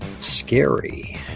scary